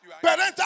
parental